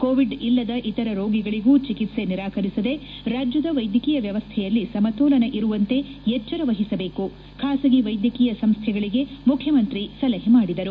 Covid ಯೇತರ ರೋಗಿಗಳಿಗೂ ಚಿಕಿತ್ಸೆ ನಿರಾಕರಿಸದೆ ರಾಜ್ಯದ ವೈದ್ಯಕೀಯ ವ್ಯವಸ್ಥೆಯಲ್ಲಿ ಸಮತೋಲನ ಇರುವಂತೆ ಎಚ್ಚರ ವಹಿಸಬೇಕು ಖಾಸಗಿ ವೈದ್ಯಕೀಯ ಸಂಸ್ಥೆಗಳಿಗೆ ಮುಖ್ಯಮಂತ್ರಿ ಸಲಹೆ ಮಾಡಿದರು